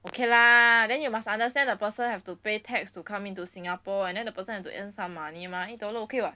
okay lah then you must understand the person have to pay tax to come into singapore and then the person have to earn some money mah eight dollar okay [what]